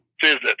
visit